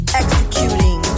executing